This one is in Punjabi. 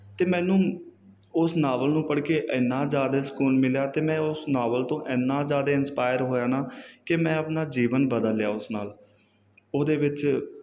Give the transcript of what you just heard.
ਅਤੇ ਮੈਨੂੰ ਉਸ ਨਾਵਲ ਨੂੰ ਪੜ੍ਹ ਕੇ ਇੰਨਾ ਜ਼ਿਆਦਾ ਸਕੂਨ ਮਿਲਿਆ ਅਤੇ ਮੈਂ ਉਸ ਨਾਵਲ ਤੋਂ ਇੰਨਾ ਜ਼ਿਆਦਾ ਇੰਸਪਾਇਰ ਹੋਇਆ ਨਾ ਕਿ ਮੈਂ ਆਪਣਾ ਜੀਵਨ ਬਦਲ ਲਿਆ ਉਸ ਨਾਲ ਉਹਦੇ ਵਿੱਚ